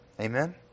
Amen